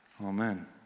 Amen